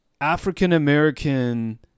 African-American